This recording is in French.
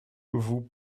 vous